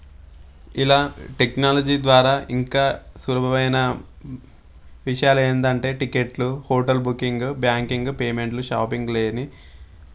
ఇలా టెక్నాలజీ ద్వారా ఇంకా సులభమైన విషయాలు ఏందంటే టికెట్లు హోటల్ బుకింగ్ బ్యాంకింగ్ పేమెంట్లు షాపింగ్లేవి